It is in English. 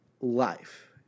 life